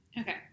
okay